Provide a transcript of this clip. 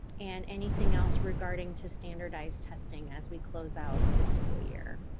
and anything else regarding to standardized testing as we close out this school year.